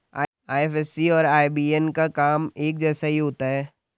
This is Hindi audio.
आईएफएससी और आईबीएएन का काम एक जैसा ही होता है